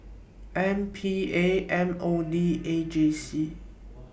M P A M O D A J C